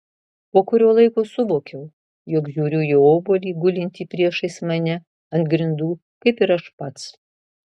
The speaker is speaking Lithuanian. po kurio laiko suvokiau jog žiūriu į obuolį gulintį priešais mane ant grindų kaip ir aš pats